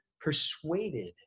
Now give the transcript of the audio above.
persuaded